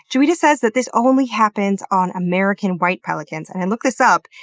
juita says that this only happens on american white pelicans. and i looked this up,